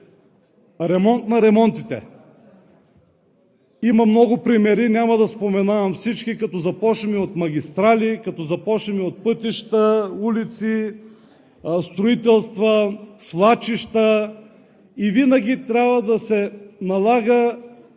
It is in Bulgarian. Ремонт на ремонтите. Има много примери, няма да споменавам всички – като започнем от магистрали, като започнем от пътища, улици, строителства, свлачища и винаги трябва да се налага